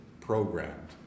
programmed